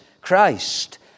Christ